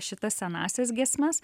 šitas senąsias giesmes